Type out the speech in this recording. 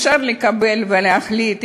אפשר לקבל ולהחליט,